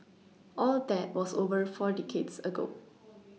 all that was over four decades ago